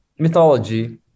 mythology